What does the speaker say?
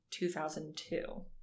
2002